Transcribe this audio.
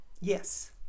Yes